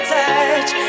touch